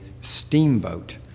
steamboat